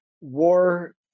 war